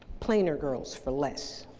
plainer girls for less,